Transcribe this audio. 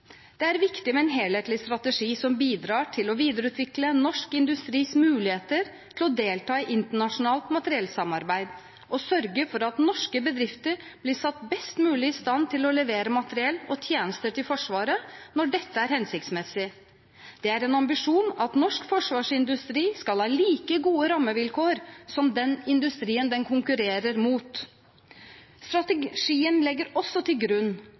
Det er viktig med en helhetlig strategi som bidrar til å videreutvikle norsk industris muligheter til å delta i internasjonalt materiellsamarbeid og til å sørge for at norske bedrifter blir satt best mulig i stand til å levere materiell og tjenester til Forsvaret når dette er hensiktsmessig. Det er en ambisjon at norsk forsvarsindustri skal ha like gode rammevilkår som den industrien den konkurrerer mot. Strategien legger også til grunn